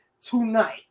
tonight